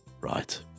Right